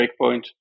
breakpoint